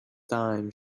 thyme